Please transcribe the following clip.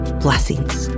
blessings